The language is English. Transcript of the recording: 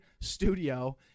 studio